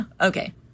Okay